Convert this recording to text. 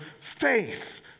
faith